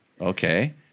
Okay